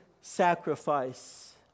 sacrifice